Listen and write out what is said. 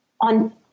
on